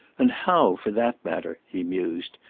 and how, for that matter, he mused,